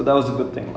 okay